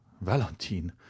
valentine